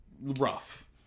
Rough